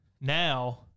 now